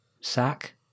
sack